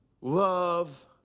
love